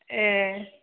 ए